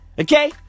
okay